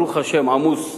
ברוך השם, עמוס לעייפה.